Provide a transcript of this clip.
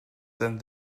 then